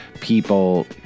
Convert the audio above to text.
people